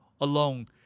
alone